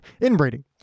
Inbreeding